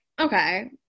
okay